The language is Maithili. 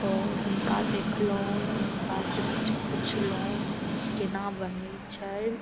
तऽ हुनका देखलहुँ हुनकासँ किछु पुछलहुँ जे ई चीज केना बनय छै